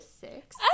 six